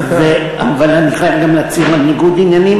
אבל אני חייב גם להצהיר על ניגוד עניינים: